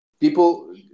People